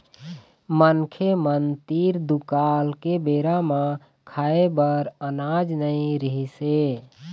मनखे मन तीर दुकाल के बेरा म खाए बर अनाज नइ रिहिस हे